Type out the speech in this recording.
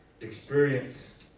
experience